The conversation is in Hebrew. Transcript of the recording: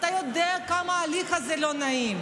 אתה יודע כמה ההליך הזה לא נעים,